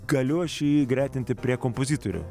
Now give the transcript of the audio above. galiu aš jį gretinti prie kompozitorių